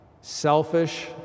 Selfish